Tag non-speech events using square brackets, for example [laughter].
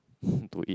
[breath] to eat